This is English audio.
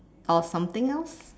or something else